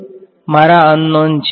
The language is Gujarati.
તેથી આ હવે મારા અન નોન છે